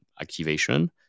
activation